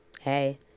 hey